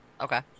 Okay